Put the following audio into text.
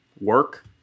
work